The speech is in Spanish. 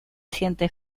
siente